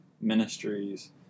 ministries